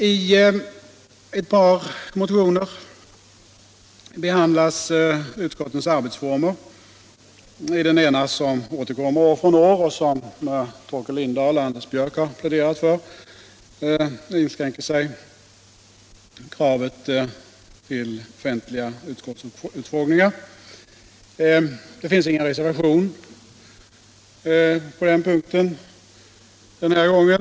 I ett par motioner behandlas utskottets arbetsformer. I den ena, som återkommer. år från år och som Torkel Lindahl och Anders Björck har pläderat för, inskränker sig kravet till offentlig utskottsutfrågning. Det finns ingen reservation på den punkten den här gången.